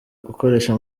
gukoresha